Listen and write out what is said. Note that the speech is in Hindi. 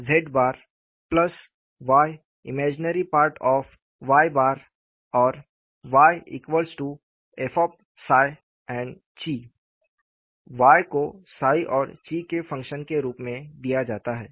और Yf Y को साई और ची के फ़ंक्शन के रूप में दिया जाता है